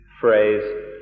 phrase